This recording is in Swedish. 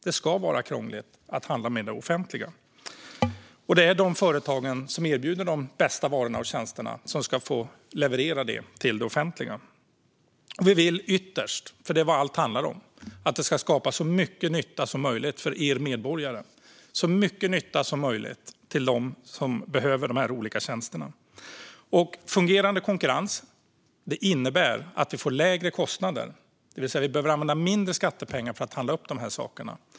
Det ska vara krångligt att handla med det offentliga. Det är de företag som erbjuder de bästa varorna och tjänsterna som ska få leverera det till det offentliga. Vi vill ytterst att det ska skapa så mycket nytta som möjligt för er medborgare och till dem som behöver dessa olika tjänster. Det är vad det här handlar om. Fungerande konkurrens innebär att vi får lägre kostnader och behöver använda mindre skattepengar för att upphandla dessa saker.